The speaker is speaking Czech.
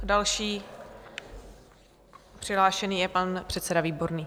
Další přihlášený je pan předseda Výborný.